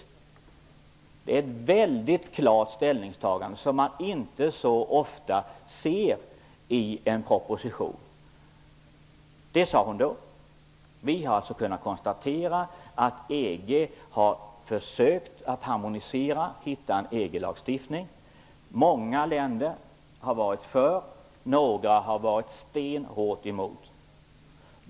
Detta är ett mycket klart ställningstagande som man inte så ofta ser i en proposition. Det var vad hon då sade. Vi har alltså kunnat konstatera att EG har försökt att harmonisera och utforma en EG-lagstiftning. Många länder har varit för detta, och några har varit stenhårt emot.